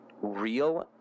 real